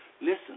Listen